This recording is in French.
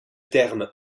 terme